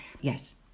Yes